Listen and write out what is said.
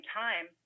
time